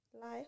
Life